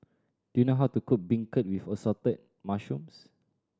do you know how to cook beancurd with Assorted Mushrooms